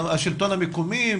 השלטון המקומי?